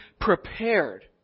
prepared